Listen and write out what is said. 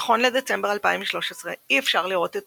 נכון לדצמבר 2013, אי אפשר לראות את